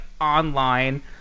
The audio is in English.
online